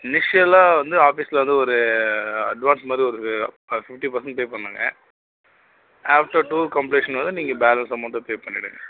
இனிஷியலாக வந்து ஆஃபிஸில் வந்து ஒரு அட்வான்ஸ் மாதிரி ஒரு ஃபிஃப்ட்டி பெர்ஸண்ட் பே பண்ணுங்கள் ஆஃப்டர் டூர் கம்ப்ளீஷன் வந்து நீங்கள் பேலென்ஸ் அமௌண்ட்டை பே பண்ணிவிடுங்க